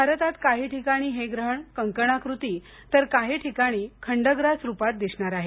भारतात काही ठिकाणी हे ग्रहण कंकणाकृती तर काही ठिकाणी खंडग्रास रुपात दिसणार आहे